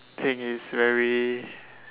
think is very